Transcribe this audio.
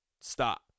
stop